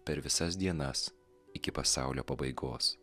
per visas dienas iki pasaulio pabaigos